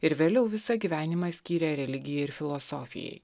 ir vėliau visą gyvenimą skyrė religijai ir filosofijai